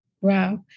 Wow